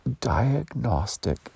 diagnostic